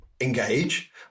engage